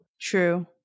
True